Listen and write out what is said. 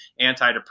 antidepressants